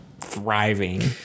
thriving